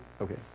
Okay